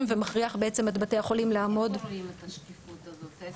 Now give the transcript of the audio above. ומכריח את בתי החולים לעמוד --- איפה רואים את השקיפות הזאת?